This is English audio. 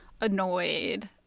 annoyed